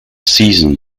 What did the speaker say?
season